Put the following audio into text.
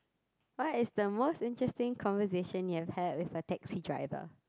what is the most interesting conversation you've had with a taxi driver